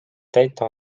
täita